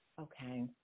Okay